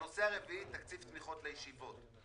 הנושא הרביעי, תקציב תמיכות לישיבות.